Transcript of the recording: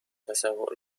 تصور